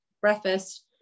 breakfast